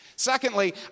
Secondly